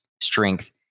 strength